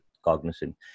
cognizant